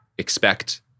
expect